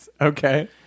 Okay